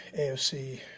AFC